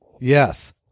Yes